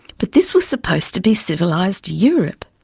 but this was supposed to be civilised europe.